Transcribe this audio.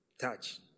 touch